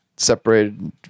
Separated